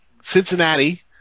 Cincinnati